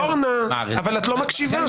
אורנה, את לא מקשיבה.